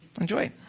enjoy